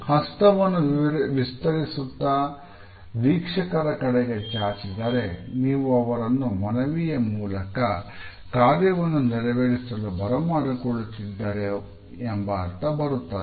ಹಸ್ತವನ್ನು ವಿಸ್ತರಿಸುತ್ತಾ ವೀಕ್ಷಕರ ಕಡೆಗೆ ಚಾಚಿದರೆ ನೀವು ಅವರನ್ನು ಮನವಿಯ ಮೂಲಕ ಕಾರ್ಯವನ್ನು ನೆರವೇರಿಸಲು ಬರಮಾಡಿಕೊಳ್ಳುತ್ತಿದ್ದರು ಎಂಬ ಅರ್ಥ ಬರುತ್ತದೆ